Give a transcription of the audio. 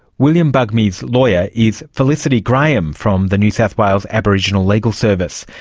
william bugmy's lawyer is felicity graham from the new south wales aboriginal legal service,